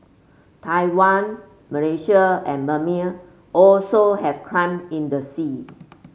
Taiwan Malaysia and Brunei also have claim in the sea